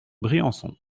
briançon